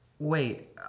Wait